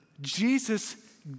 Jesus